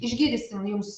išgydysim jums